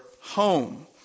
home